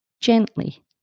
gently